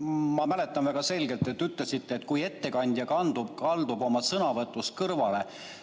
Ma mäletan väga selgelt, et te ütlesite, et kui ettekandja kaldub oma sõnavõtus kõrvale,